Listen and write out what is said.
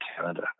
Canada